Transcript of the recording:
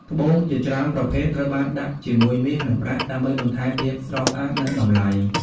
ត្បូងជាច្រើនប្រភេទត្រូវបានដាក់ជាមួយមាស និងប្រាក់ ដើម្បីបន្ថែមភាពស្រស់ស្អាត និងតម្លៃ។